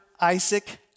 Isaac